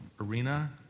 arena